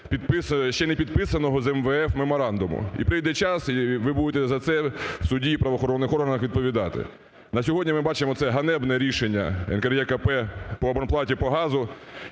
ще не підписаного з МВФ, меморандуму? І прийде час, і ви будете за це в суді, і в правоохоронних органах відповідати. На сьогодні ми бачимо це ганебне рішення НКРЕКП по абонплаті по газу.